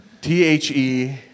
T-H-E